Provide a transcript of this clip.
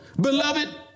beloved